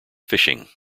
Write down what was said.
fishing